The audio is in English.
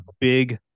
big